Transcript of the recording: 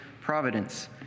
providence